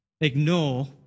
ignore